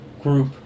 group